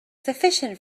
sufficient